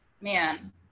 man